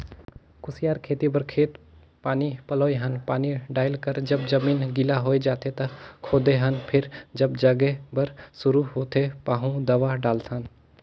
कुसियार खेती बर खेत पानी पलोए हन पानी डायल कर जब जमीन गिला होए जाथें त खोदे हन फेर जब जागे बर शुरू होथे पाहु दवा डालथन